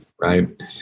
Right